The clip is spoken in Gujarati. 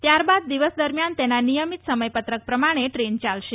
ત્યારબાદ દિવસ દરમિયાન તેન નિયમિત સમયપત્રક પ્રમાણે ટ્રેન ચાલશે